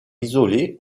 isolé